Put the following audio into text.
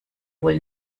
wohl